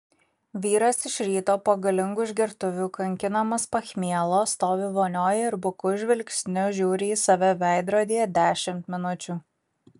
vyras iš ryto po galingų išgertuvių kankinamas pachmielo stovi vonioj ir buku žvilgsniu žiūri į save veidrodyje dešimt minučių